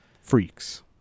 Freaks